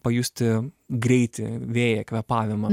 pajusti greitį vėją kvėpavimą